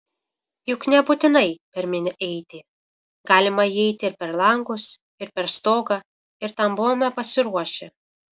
juk nebūtinai per minią eiti galima įeiti ir per langus ir per stogą ir tam buvome pasiruošę